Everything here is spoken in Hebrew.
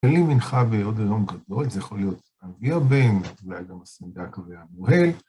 מתפללים מנחה בעוד היום גדול, זה יכול להיות אבי הבן, אולי גם הסנדק והמוהל.